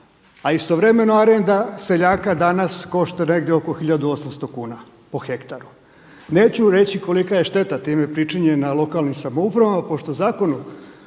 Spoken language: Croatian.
se ne razumije./… seljaka danas košta negdje oko 1800 kuna po hektaru. Neću reći kolika je šteta time pričinjena lokalnim samoupravama, pošto zakonom